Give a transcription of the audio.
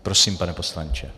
Prosím, pane poslanče.